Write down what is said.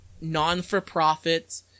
non-for-profit